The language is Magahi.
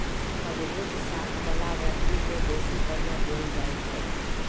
मजगुत साख बला व्यक्ति के बेशी कर्जा देल जाइ छइ